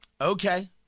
okay